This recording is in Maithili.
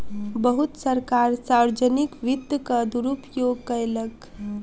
बहुत सरकार सार्वजनिक वित्तक दुरूपयोग कयलक